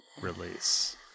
release